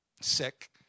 sick